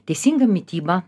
teisinga mityba